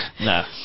No